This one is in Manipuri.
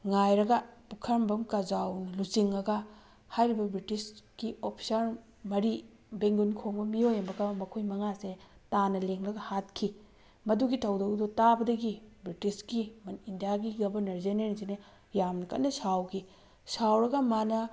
ꯉꯥꯏꯔꯒ ꯄꯨꯈ꯭ꯔꯝꯕꯝ ꯀꯖꯥꯎꯅ ꯂꯨꯆꯤꯡꯉꯒ ꯍꯥꯏꯔꯤꯕ ꯕ꯭ꯔꯤꯇꯤꯁꯀꯤ ꯑꯣꯐꯤꯁꯥꯔ ꯃꯔꯤ ꯕꯦꯡꯒꯨꯟ ꯈꯣꯡꯕ ꯃꯤꯑꯣꯏ ꯑꯃꯒ ꯃꯈꯣꯏ ꯃꯉꯥꯁꯦ ꯇꯥꯅ ꯂꯦꯡꯉꯒ ꯍꯥꯠꯈꯤ ꯃꯗꯨꯒꯤ ꯊꯧꯗꯣꯛ ꯑꯗꯣ ꯇꯥꯕꯗꯒꯤ ꯕ꯭ꯔꯤꯇꯤꯁꯀꯤ ꯏꯟꯗꯤꯌꯥꯒꯤ ꯒꯕꯅꯔ ꯖꯦꯅꯔꯦꯜꯁꯤꯅ ꯌꯥꯝꯅ ꯀꯟꯅ ꯁꯥꯎꯈꯤ ꯁꯥꯎꯔꯒ ꯃꯥꯅ